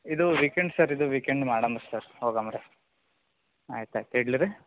ಇದು weekend sir ಇದು weekend ಮಾಡೋಣ ಸರ್ ಪ್ರೋಗ್ರಾಮ್ ರೀ ಆಯ್ತು ಆಯ್ತು ಇಡ್ಲಾ ರೀ